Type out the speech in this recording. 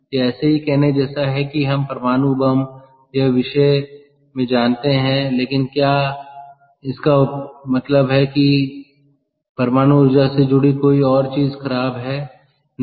यह ऐसा ही कहने जैसा ही है कि हम परमाणु बम यह विषय में जानते हैं लेकिन क्या इसका मतलब यह है कि परमाणु ऊर्जा से जुड़ी कोई और चीज खराब है नहीं